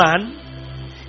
man